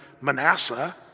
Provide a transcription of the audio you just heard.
Manasseh